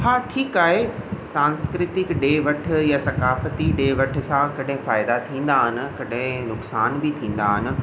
हा ठीकु आहे सांस्कृतिक ॾे वठु या सकाफ़ती ॾे वठ सां कॾहिं फ़ाइदा थींदा आहिनि कॾहिं नुक़सान बि थींदा आहिनि